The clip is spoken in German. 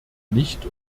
nicht